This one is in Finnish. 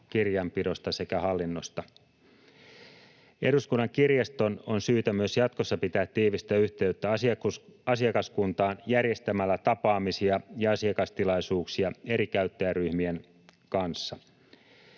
kirjanpidosta sekä hallinnosta. Eduskunnan kirjaston on syytä myös jatkossa pitää tiivistä yhteyttä asiakaskuntaan järjestämällä tapaamisia ja asiakastilaisuuksia eri käyttäjäryhmien kanssa.